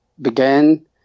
began